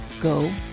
Go